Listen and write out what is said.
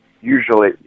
usually